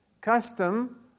custom